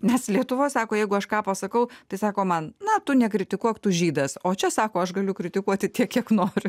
nes lietuvoj sako jeigu aš ką pasakau tai sako man na tu nekritikuok tu žydas o čia sako aš galiu kritikuoti tiek kiek nori